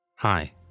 Hi